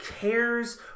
cares